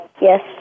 Yes